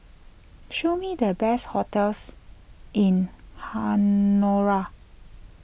show me the best hotels in Honiara